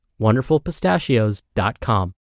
wonderfulpistachios.com